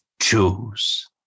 choose